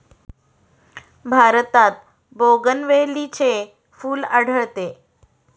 भारतात बोगनवेलीचे फूल आढळते